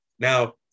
Now